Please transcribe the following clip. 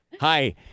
Hi